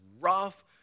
rough